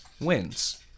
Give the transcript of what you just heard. wins